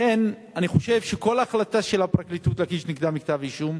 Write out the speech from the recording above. לכן אני חושב שכל החלטה של הפרקליטות להגיש כנגדם כתב-אישום